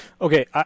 Okay